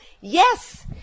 yes